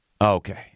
Okay